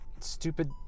stupid